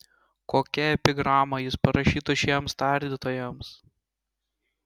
kokią epigramą jis parašytų šiems tardytojams